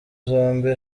zombi